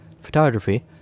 photography